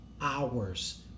hours